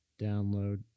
download